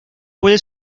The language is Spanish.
puede